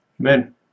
Amen